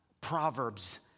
Proverbs